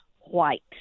white